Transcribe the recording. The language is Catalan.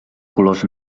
colors